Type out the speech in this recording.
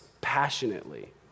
passionately